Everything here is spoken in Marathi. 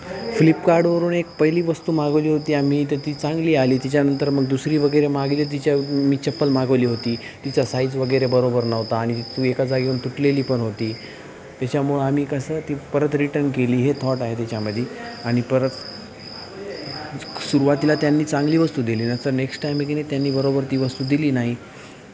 फ्लिपकार्डवरून एक पहिली वस्तू मागवली होती आम्ही तर ती चांगली आली तिच्यानंतर मग दुसरीवगैरे मागवली तिच्यात मी चप्पल मागवली होती तिचा साईजवगैरे बरोबर नव्हता आणि तू एका जागेवरून तुटलेलीपण होती त्याच्यामुळं आम्ही कसं ती परत रिटर्न केली हे थॉट आहे त्याच्यामध्ये आणि परत सुरुवातीला त्यांनी चांगली वस्तू दिली नंतर नेक्स्ट टाईम की नाही त्यांनी बरोबर ती वस्तू दिली नाही